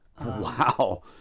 Wow